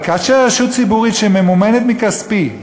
אבל כאשר רשות ציבורית שממומנת מכספי,